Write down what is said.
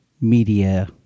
media